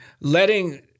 letting